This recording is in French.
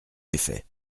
effet